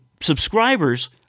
subscribers